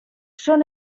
són